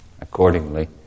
accordingly